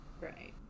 right